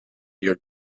your